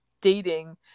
dating